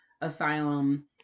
asylum